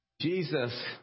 Jesus